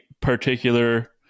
particular